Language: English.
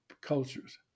cultures